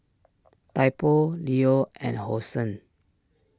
Typo Leo and Hosen